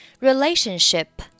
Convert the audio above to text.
Relationship